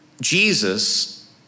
Jesus